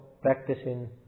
practicing